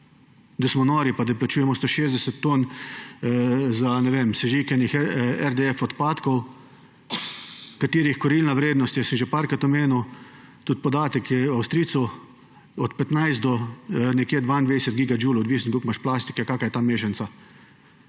da smo nori pa plačujemo 160 na tono za sežig RDF odpadkov, katerih kurilna vrednost je, sem že parkrat omenil, tudi podatek je Avstrijcev, od 15 do nekje 22 giga džulov; odvisno, koliko imaš plastike, kaka je ta mešanica.